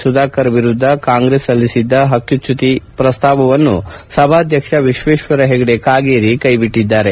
ಸುಧಾಕರ್ ವಿರುದ್ದ ಕಾಂಗ್ರೆಸ್ ಸಲ್ಲಿಸಿದ್ದ ಹಕ್ಕುಚ್ಕುತಿ ಪಸ್ತಾವವನ್ನು ಸಭಾಧಕ್ಷ ವಿಶ್ವೇಶ್ವರ ಹೆಗಡೆ ಕಾಗೇರಿ ಕೈಬಿಟ್ಟಿದ್ದಾರೆ